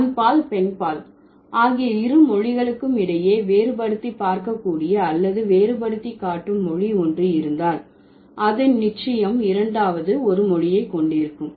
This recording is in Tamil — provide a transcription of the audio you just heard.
ஆண்பால் பெண்பால் ஆகிய இரு மொழிகளுக்கும் இடையே வேறுபடுத்தி பார்க்கக்கூடிய அல்லது வேறுபடுத்தி காட்டும் மொழி ஒன்று இருந்தால் அது நிச்சயம் இரண்டாவது ஒரு மொழியை கொண்டிருக்கும்